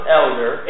elder